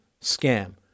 scam